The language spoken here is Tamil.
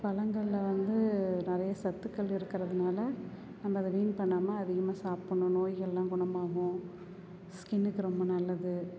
பழங்கள்ல வந்து நிறையா சத்துக்கள் இருக்கிறதுனால நம்ம அதை வீண் பண்ணாமல் அதிகமாக சாப்பிட்ணும் நோய்களெலாம் குணமாகும் ஸ்கின்னுக்கு ரொம்ப நல்லது